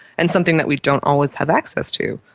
and something that we don't always have access to,